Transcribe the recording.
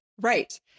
Right